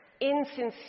insincere